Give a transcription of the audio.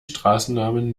straßennamen